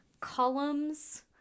columns